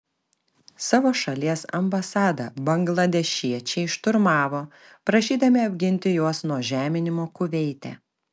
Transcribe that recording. savo šalies ambasadą bangladešiečiai šturmavo prašydami apginti juos nuo žeminimo kuveite